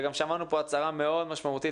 וגם שמענו פה הצהרה מאוד משמעותית,